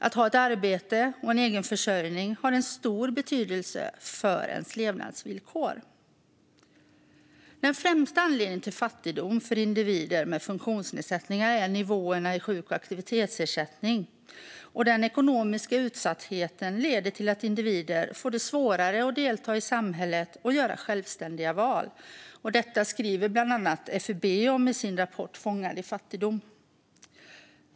Att ha ett arbete och en egen försörjning har stor betydelse för ens levnadsvillkor. Den främsta anledningen till fattigdom hos individer med funktionsnedsättning är nivåerna i sjuk och aktivitetsersättningen. Den ekonomiska utsattheten leder till att individer får det svårare att delta i samhället och göra självständiga val. Detta skriver bland annat FUB om i sin rapport Fångad i fattigdom?